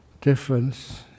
difference